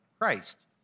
Christ